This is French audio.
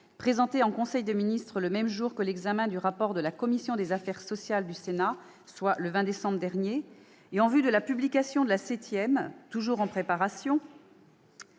présentée en conseil des ministres le jour de l'examen du rapport de la commission des affaires sociales du Sénat, soit le 20 décembre dernier, et dans l'attente de la publication de la septième, toujours en préparation,